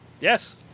Yes